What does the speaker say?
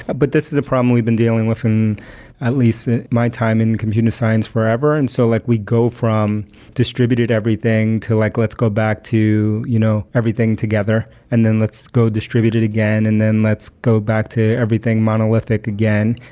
but this is a problem we've been dealing with in at least my time in computer science forever. and so like we go from distributed everything, to like let's go back to you know everything together and then let's go distribute it again and then let's go back to everything monolithic again.